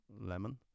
Lemon